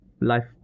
life